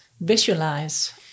visualize